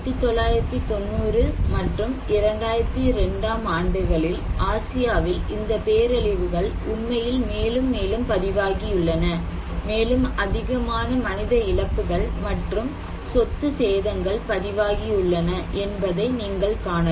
1990 மற்றும் 2002 ஆம் ஆண்டுகளில் ஆசியாவில் இந்த பேரழிவுகள் உண்மையில் மேலும் மேலும் பதிவாகியுள்ளன மேலும் அதிகமான மனித இழப்புகள் மற்றும் சொத்து சேதங்கள் பதிவாகியுள்ளன என்பதை நீங்கள் காணலாம்